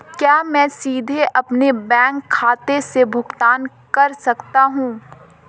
क्या मैं सीधे अपने बैंक खाते से भुगतान कर सकता हूं?